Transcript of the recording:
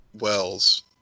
Wells